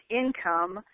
income